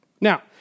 Now